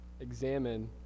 examine